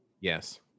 Yes